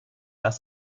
das